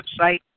website